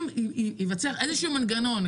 אם ייווצר מנגנון,